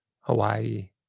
Hawaii